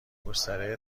گستره